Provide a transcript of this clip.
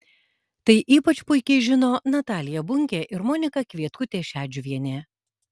tai ypač puikiai žino natalija bunkė ir monika kvietkutė šedžiuvienė